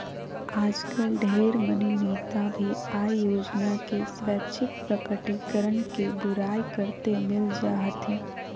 आजकल ढेर मनी नेता भी आय योजना के स्वैच्छिक प्रकटीकरण के बुराई करते मिल जा हथिन